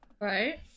Right